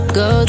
go